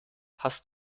hast